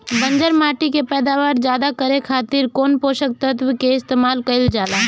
बंजर माटी के पैदावार ज्यादा करे खातिर कौन पोषक तत्व के इस्तेमाल कईल जाला?